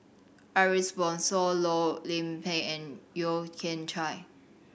Ariff Bongso Loh Lik Peng and Yeo Kian Chye